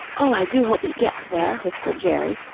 oh, i do hope he gets there, whispered jerry,